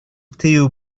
тыюу